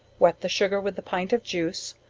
wet the sugar with the pint of juice,